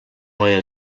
moje